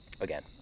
Again